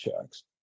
checks